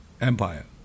Empire